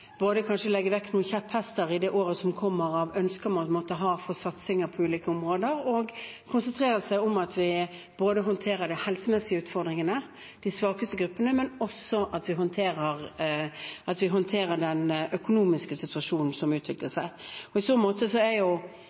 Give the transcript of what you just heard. legge vekk noen kjepphester av ønsker man måtte ha for satsinger på ulike områder, og konsentrere seg om at vi skal håndtere både de helsemessige utfordringene til de svakeste gruppene og også den økonomiske situasjonen som utvikler seg. I så måte er